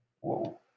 Whoa